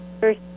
First